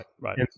Right